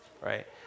right